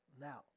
Now